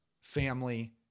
family